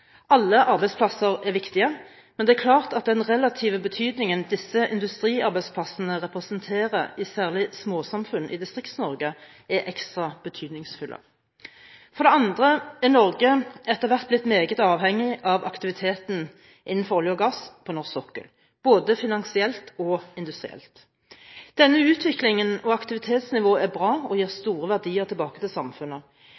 Alle arbeidsplasser er viktige, men det er klart at den relative betydningen disse industriarbeidsplassene representerer i særlig småsamfunn i Distrikts-Norge, er ekstra betydningsfulle. For det andre er Norge etter hvert blitt meget avhengig av aktiviteten innenfor olje og gass på norsk sokkel, både finansielt og industrielt. Denne utviklingen og dette aktivitetsnivået er bra og gir